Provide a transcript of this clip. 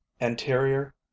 Anterior